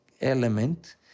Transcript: element